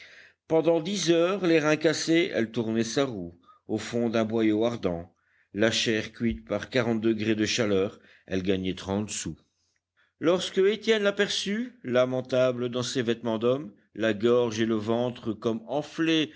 pendant dix heures les reins cassés elle tournait sa roue au fond d'un boyau ardent la chair cuite par quarante degrés de chaleur elle gagnait trente sous lorsque étienne l'aperçut lamentable dans ses vêtements d'homme la gorge et le ventre comme enflés